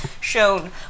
shown